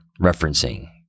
referencing